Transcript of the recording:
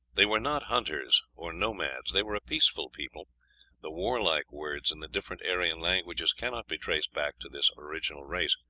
they were not hunters or nomads. they were a peaceful people the warlike words in the different aryan languages cannot be traced back to this original race.